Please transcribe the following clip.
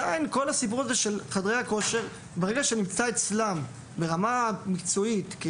ברגע שכל הסיפור של חדרי הכושר נמצא אצלם ברמה מקצועית,